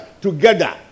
together